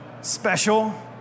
Special